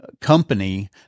Company